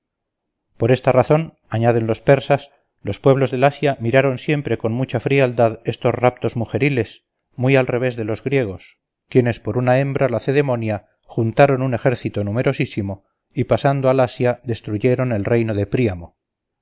por esta razón añaden los persas los pueblos del asia miraron siempre con mucha frialdad estos raptos mujeriles muy al revés de los griegos quienes por una hembra lacedemonia juntaron un ejército numerosísimo y pasando al asia destruyeron el reino de príamo